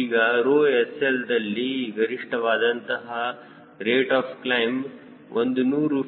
ಈಗ 𝜌SL ದಲ್ಲಿ ಗರಿಷ್ಠವಾದಂತಹ ರೇಟ್ ಆಫ್ ಕ್ಲೈಮ್ 100